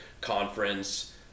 conference